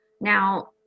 now